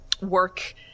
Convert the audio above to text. work